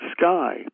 sky